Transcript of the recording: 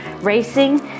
racing